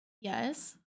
Yes